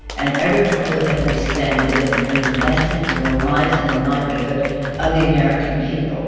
and every dollar that we spend is an an investment in the lives and the livelihood of the american people